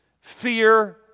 fear